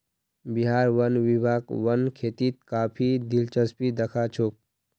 बिहार वन विभाग वन खेतीत काफी दिलचस्पी दखा छोक